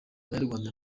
banyarwanda